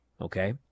Okay